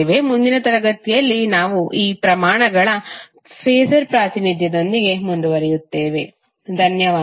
ಮುಂದಿನ ತರಗತಿಯಲ್ಲಿ ನಾವು ಈ ಪ್ರಮಾಣಗಳ ಫಾಸರ್ ಪ್ರಾತಿನಿಧ್ಯದೊಂದಿಗೆ ಮುಂದುವರಿಯುತ್ತೇವೆ ಧನ್ಯವಾದಗಳು